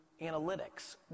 analytics